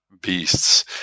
beasts